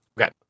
Okay